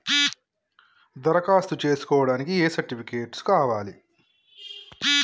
దరఖాస్తు చేస్కోవడానికి ఏ సర్టిఫికేట్స్ కావాలి?